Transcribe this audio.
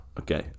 Okay